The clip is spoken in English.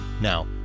Now